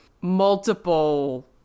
multiple